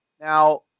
Now